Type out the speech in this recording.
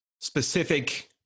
specific